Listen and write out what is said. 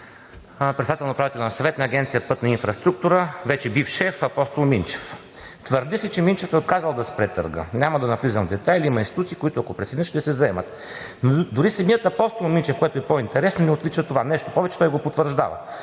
председател на Управителния съвет на Агенция „Пътна инфраструктура“, вече бивш шеф, Апостол Минчев. Твърди се, че Минчев е отказал да спре търга. Няма да навлизам в детайли, има институции, които, ако преценят, ще се заемат. Дори самият Апостол Минчев, което е по-интересно, не отрича това. Нещо повече, той го потвърждава.